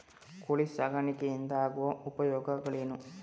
ಕೋಳಿ ಸಾಕಾಣಿಕೆಯಿಂದ ಆಗುವ ಉಪಯೋಗಗಳೇನು?